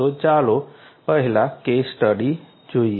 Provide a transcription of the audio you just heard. તો ચાલો પહેલા કેસ સ્ટડી જોઈએ